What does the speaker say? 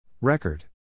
Record